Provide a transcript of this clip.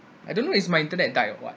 I don't know is my internet died or what